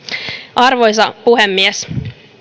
arvoisa puhemies